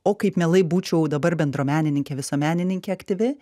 o kaip mielai būčiau dabar bendruomenininkė visuomenininkė aktyvi